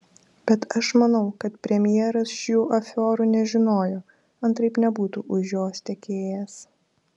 bet aš manau kad premjeras šitų afiorų nežinojo antraip nebūtų už jos tekėjęs